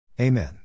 Amen